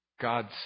God's